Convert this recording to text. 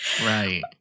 Right